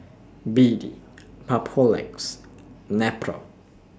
B D Papulex Nepro